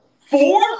Four